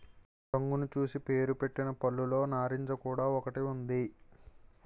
రంగును చూసి పేరుపెట్టిన పళ్ళులో నారింజ కూడా ఒకటి ఉంది